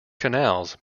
canals